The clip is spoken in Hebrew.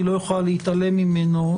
לא יכולה להתעלם ממנו,